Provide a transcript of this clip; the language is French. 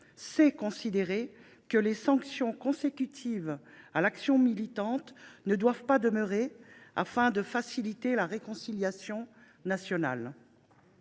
sait considérer que les sanctions consécutives à l’action militante ne doivent pas demeurer, afin de faciliter la réconciliation nationale.